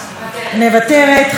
מוותרת,